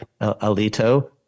Alito